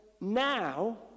now